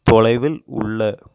தொலைவில் உள்ள